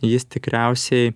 jis tikriausiai